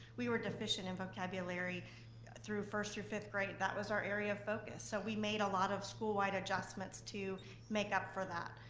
we were deficient in vocabulary through first through fifth grade. that was our area of focus, so we made a lot of school-wide adjustments to make up for that.